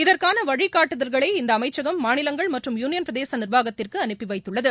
இதற்கான வழிகாட்டுதல்களை இந்த அமைச்சகம் மாநிலங்கள் மற்றும் யுனியன் பிரதேச நிர்வாகத்திற்கு அனுப்பி வைத்துள்ளது